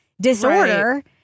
disorder—